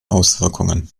auswirkungen